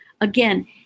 Again